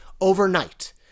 overnight